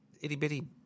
Itty-bitty